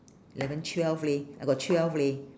eleven twelve leh I got twelve leh